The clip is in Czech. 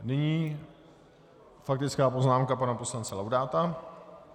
Nyní faktická poznámka pana poslance Laudáta.